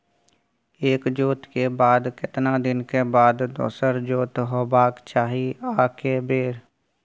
एक जोत के बाद केतना दिन के बाद दोसर जोत होबाक चाही आ के बेर?